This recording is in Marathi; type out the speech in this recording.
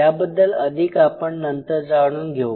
याबद्दल अधिक आपण नंतर जाणू घेऊ